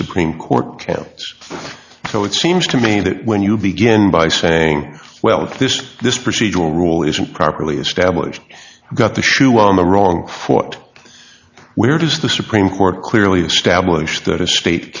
supreme court so it seems to me that when you begin by saying well this this procedural rule isn't properly established got the shoe on the wrong foot where does the supreme court clearly esta